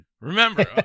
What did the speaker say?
Remember